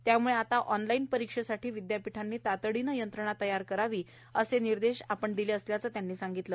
त्यामुळे आता ऑनलाईन परीक्षेसाठी विदयापीठांनी तातडीने यंत्रणा तयार करावी असे निर्देश दिल्याचं ते म्हणाले